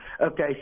Okay